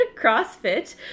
CrossFit